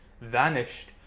vanished